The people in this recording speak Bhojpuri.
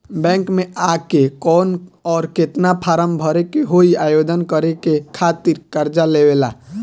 बैंक मे आ के कौन और केतना फारम भरे के होयी आवेदन करे के खातिर कर्जा लेवे ला?